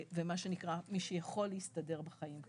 מה שנקרא, מי שיכול להסתדר בחיים.